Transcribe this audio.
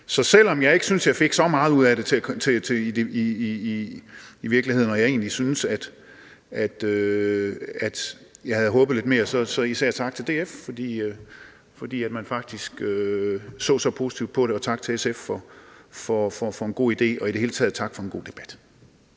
virkeligheden ikke synes, at jeg fik så meget ud af det, og jeg egentlig havde håbet lidt mere, så vil jeg især sige tak til DF, fordi man faktisk har set så positivt på det, og tak til SF for en god idé, og i det hele taget tak for en god debat.